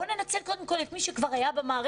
בואו ננצל קודם כל את מי שכבר היה במערכת,